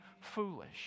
foolish